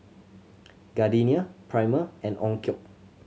Gardenia Prima and Onkyo